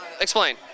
Explain